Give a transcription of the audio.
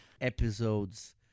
episodes